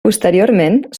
posteriorment